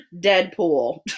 Deadpool